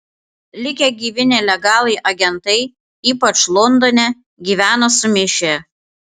likę gyvi nelegalai agentai ypač londone gyveno sumišę